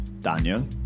Daniel